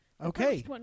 Okay